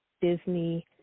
Disney